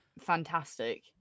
fantastic